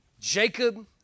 Jacob